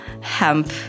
hemp